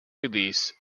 release